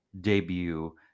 debut